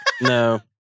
No